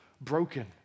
broken